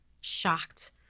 Shocked